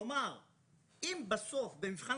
כלומר, אם בסוף במבחן